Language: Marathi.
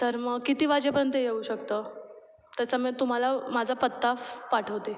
तर मग किती वाजेपर्यंत येऊ शकतं तसं मग तुम्हाला माझा पत्ता पाठवते